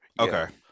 okay